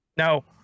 No